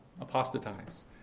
apostatize